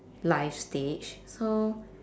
life stage so